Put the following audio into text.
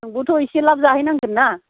नोंबोथ' एसे लाब जाहै नांगोनना